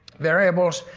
variables,